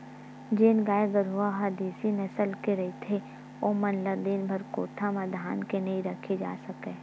जेन गाय गरूवा ह देसी नसल के रहिथे ओमन ल दिनभर कोठा म धांध के नइ राखे जा सकय